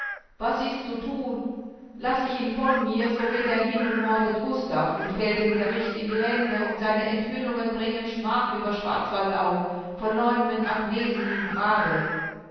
was ist zu thun laß ich ihn von mir so geht er hin und mordet gustav und fällt dem gericht in die hände und seine enthüllungen bringen schmach über schwarzwaldau verleumden agnesen im grabe